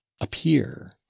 appear